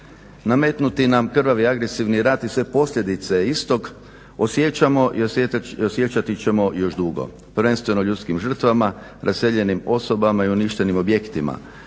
Nametnuti nam krvavi agresivni rat i sve posljedice istog osjećamo i osjećat ćemo još dugo. Prvenstveno u ljudskim žrtvama, raseljenim osobama i uništenim objektima